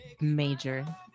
major